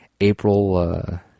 April